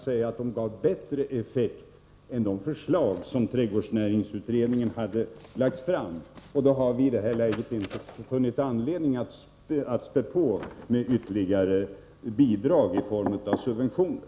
säga att de gav bättre effekt än vad de förslag som trädgårdsnäringsutredningen hade lagt fram skulle ha gjort. I det läget har vi inte funnit anledning att spä på med ytterligare bidrag i form av subventioner.